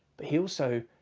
but he also,